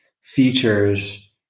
features